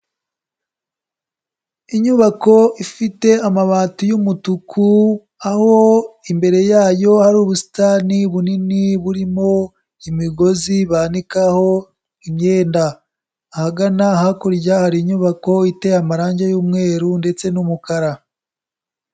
Inyubako ifite amabati y'umutuku, aho imbere yayo hari ubusitani bunini burimo imigozi banikaho imyenda, ahagana hakurya hari inyubako iteye amarangi y'umweru ndetse n'umukara.